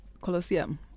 Colosseum